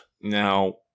Now